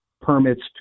permits